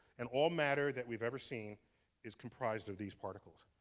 and all matter that we've ever seen is comprised of these particles.